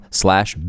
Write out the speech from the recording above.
slash